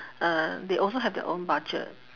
uh they also have their own budget